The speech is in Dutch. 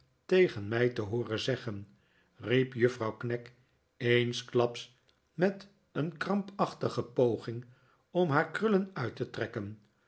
tegen mij te hooren zeggeti riep juffrouw knag eensklaps met een krampachtige poging om haar krullen uit te trekken